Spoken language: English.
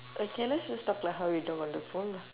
okay let's just talk like how we talk on the phone lah